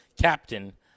Captain